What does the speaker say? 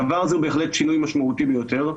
הדבר הזה הוא בהחלט שינוי משמעותי ביותר,